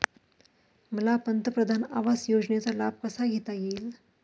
मला पंतप्रधान आवास योजनेचा लाभ कसा घेता येईल?